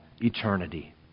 eternity